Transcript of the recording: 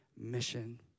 mission